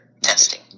testing